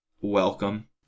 welcome